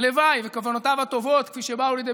הלוואי שכוונותיו הטובות כפי שבאו לידי